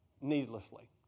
Needlessly